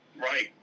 Right